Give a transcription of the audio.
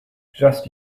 just